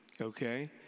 okay